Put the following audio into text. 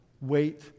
wait